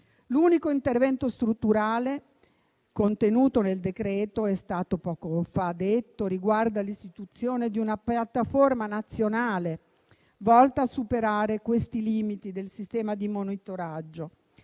L'unico intervento strutturale, contenuto nel decreto-legge, com'è stato detto poco fa, riguarda l'istituzione di una piattaforma nazionale, volta a superare questi limiti del sistema di monitoraggio.